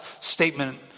statement